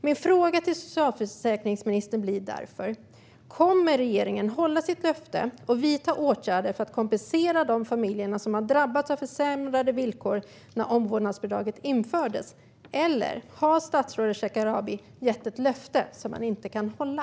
Min fråga till socialförsäkringsministern blir därför: Kommer regeringen att hålla sitt löfte och vidta åtgärder för att kompensera de familjer som har drabbats av försämrade villkor sedan omvårdnadsbidraget infördes, eller har statsrådet Shekarabi gett ett löfte som han inte kan hålla?